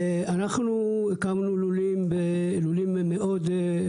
אנחנו הקמנו לולים מודרניים,